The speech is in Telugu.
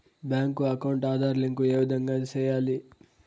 బ్యాంకు అకౌంట్ ఆధార్ లింకు ఏ విధంగా సెయ్యాలి?